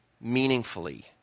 meaningfully